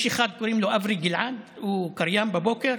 יש אחד שקוראים לו אברי גלעד, הוא קריין בבוקר.